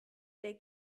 der